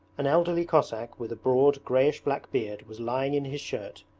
an elderly cossack with a broad greyish-black beard was lying in his shirt,